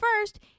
first